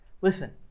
Listen